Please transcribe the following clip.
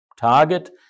target